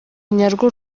nyarwo